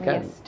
Yes